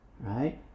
right